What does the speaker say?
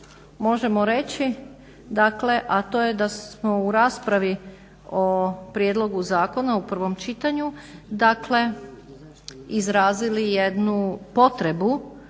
možemo reći, a to je da smo u raspravi o prijedlogu zakona u prvom čitanju dakle izrazili jednu potrebu